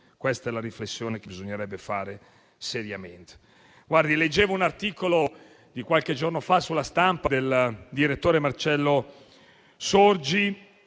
questa è la riflessione che bisognerebbe fare seriamente.